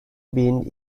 bin